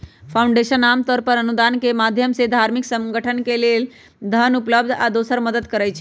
foundation आमतौर पर अनुदान के माधयम से धार्मिक संगठन के लेल धन उपलब्ध आ दोसर मदद करई छई